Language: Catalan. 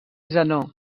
zenó